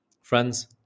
friends